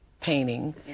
painting